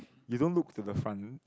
you don't look to the front